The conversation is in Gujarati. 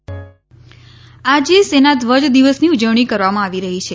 સેના ઘ્વજ દિન આજે સેના ધ્વજ દિવસની ઉજવણી કરવામાં આવી રહી છે